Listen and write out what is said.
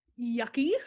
Yucky